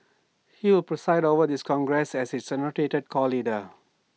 he will preside over this congress as its anointed core leader